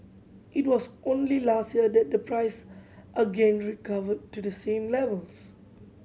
it was only last year that the price again recovered to the same levels